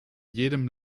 jedem